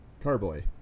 Carboy